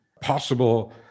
possible